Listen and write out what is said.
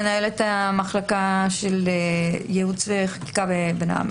מנהלת המחלקה של ייעוץ וחקיקה בנעמ"ת,